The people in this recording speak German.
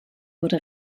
wurde